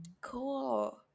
Cool